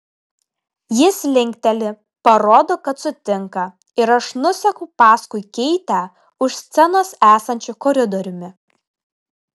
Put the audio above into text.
jis linkteli parodo kad sutinka ir aš nuseku paskui keitę už scenos esančiu koridoriumi